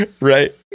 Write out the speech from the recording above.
Right